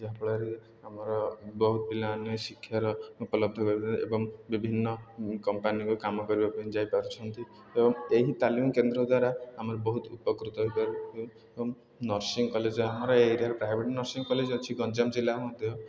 ଯାହାଫଳରେ ଆମର ବହୁତ ପିଲାମାନେ ଶିକ୍ଷାର ଉପଲବ୍ଧ କରି ଏବଂ ବିଭିନ୍ନ କମ୍ପାନୀକୁ କାମ କରିବା ପାଇଁ ଯାଇପାରୁଛନ୍ତି ଏବଂ ଏହି ତାଲିମ କେନ୍ଦ୍ର ଦ୍ୱାରା ଆମର ବହୁତ ଉପକୃତ ହେଇପାରୁଛୁ ଏବଂ ନର୍ସିଂ କଲେଜ୍ ଆମର ଏରିଆର ପ୍ରାଇଭେଟ୍ ନର୍ସିଂ କଲେଜ୍ ଅଛି ଗଞ୍ଜାମ ଜିଲ୍ଲା ମଧ୍ୟ